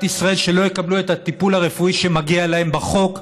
ישראל שלא יקבלו את הטיפול הרפואי שמגיע להם בחוק,